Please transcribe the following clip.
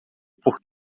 por